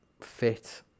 fit